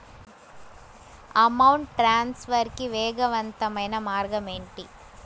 amount transfer కి వేగవంతమైన మార్గం ఏంటి